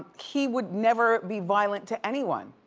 he would never be violent to anyone.